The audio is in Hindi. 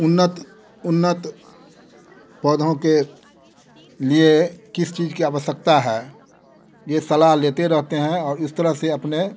उन्नत उन्नत पौधों के लिए किस चीज़ की आवश्यकता है ये सलाह लेते रहते हैं और इस तरह से अपने